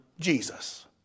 Jesus